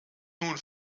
nun